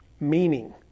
meaning